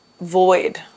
void